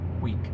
week